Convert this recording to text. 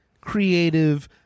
creative